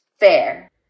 fair